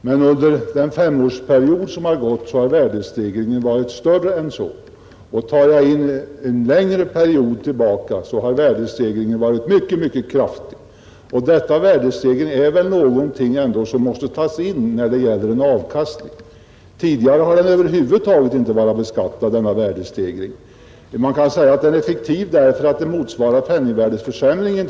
Men under den femårsperiod som har gått har värdestegringen varit större än så, och går vi ännu längre tillbaka i tiden kan vi konstatera att den varit mycket kraftig. Denna värdestegring måste väl ändå räknas in när det gäller avkastningen. Tidigare har den över huvud taget inte varit beskattad. Man kan säga att den är fiktiv därför att den till en del motsvarar penningvärdeförsämringen.